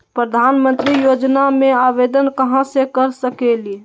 प्रधानमंत्री योजना में आवेदन कहा से कर सकेली?